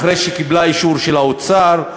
אחרי שקיבלה אישור של האוצר,